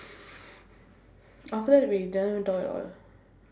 after that we never even talk at all